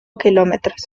kilómetros